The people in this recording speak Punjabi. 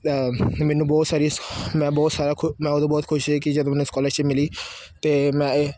ਮੈਨੂੰ ਬਹੁਤ ਸਾਰੀਆਂ ਮੈਂ ਬਹੁਤ ਸਾਰਾ ਖੁ ਮੈਂ ਉਦੋਂ ਬਹੁਤ ਖੁਸ਼ ਸੀ ਕਿ ਜਦੋਂ ਮੈਨੂੰ ਸਕੋਲਰਸ਼ਿਪ ਮਿਲੀ ਅਤੇ ਮੈਂ ਇਹ